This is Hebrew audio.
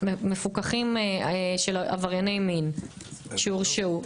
מפוקחים של עברייני מין שהורשעו.